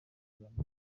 kuramya